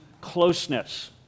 closeness